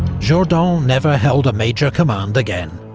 jourdan never held a major command again.